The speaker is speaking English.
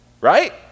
Right